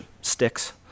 sticks